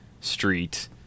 street